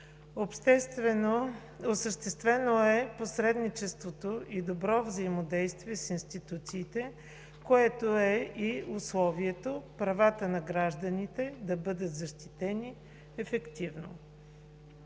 Осъществено е посредничество и добро взаимодействие с институциите, което е и условието правата на гражданите да бъдат защитени ефективно.